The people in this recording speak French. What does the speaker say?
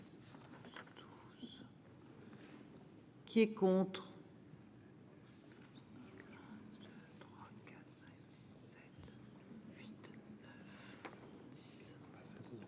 Qui est contre